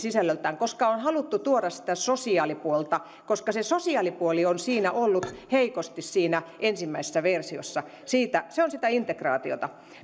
koska on haluttu tuoda sitä sosiaalipuolta koska se sosiaalipuoli on ollut heikosti siinä ensimmäisessä versiossa se on sitä integraatiota